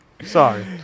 Sorry